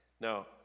Now